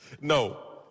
No